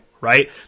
right